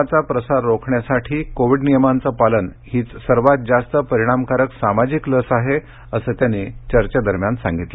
कोरोनाचा प्रसार रोखण्यासाठी कोविड नियमांचं पालन हीच सर्वात जास्त परिणामकारक सामाजिक लस आहे असं त्यांनी चर्चेदरम्यान सांगितलं